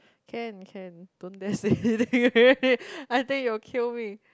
can can don't dare say I think you'll kill me